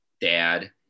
dad